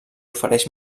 ofereix